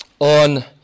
on